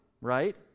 right